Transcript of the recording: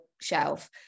shelf